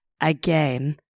Again